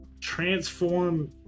transform